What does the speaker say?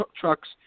trucks